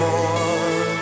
more